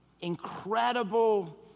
Incredible